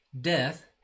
death